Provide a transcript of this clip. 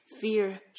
Fear